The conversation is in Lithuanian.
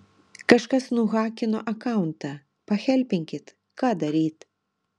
kažkas nuhakino akauntą pahelpinkit ką daryt